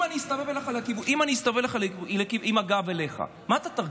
אם אני אסתובב עם הגב אליך, מה אתה תרגיש?